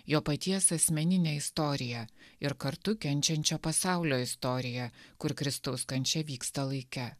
jo paties asmeninę istoriją ir kartu kenčiančio pasaulio istoriją kur kristaus kančia vyksta laike